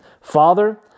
Father